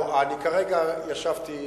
כרגע ישבתי,